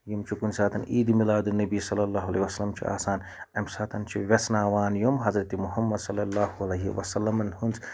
یِم چھِ کُنہِ ساتَن عیٖدِ مِلادُ انبی صلی اللہ علیہ وسلم چھُ آسان امہِ ساتَن چھِ ویٚژناوان یِم حَضرت محمد صلی اللہ علیہ وسلمن ہُنٛد